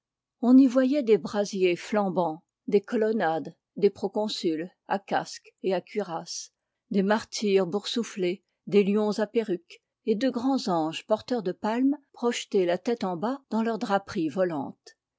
on y voyait des brasiers flambants des colonnades des proconsuls à casque et à cuirasse des martyrs boursouflés des lions à perruque et de grands anges porteurs de palmes projetés la tête en bas dans leurs draperies volantes